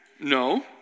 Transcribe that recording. No